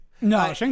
no